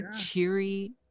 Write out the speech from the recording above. cheery